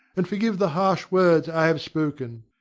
and forgive the harsh words i have spoken.